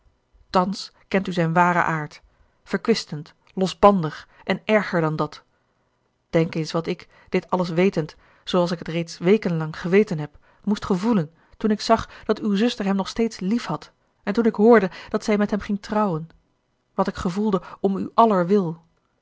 thans kent u zijn waren aard verkwistend losbandig en erger dan dat denk eens wat ik dit alles wetend zooals ik het reeds wekenlang geweten heb moest gevoelen toen ik zag dat uwe zuster hem nog steeds liefhad en toen ik hoorde dat zij met hem ging trouwen wat ik gevoelde om u aller wil